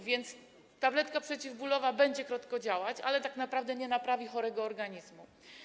A więc tabletka przeciwbólowa będzie krótko działać, ale tak naprawdę nie naprawi chorego organizmu.